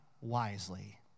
wisely